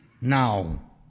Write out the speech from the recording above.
now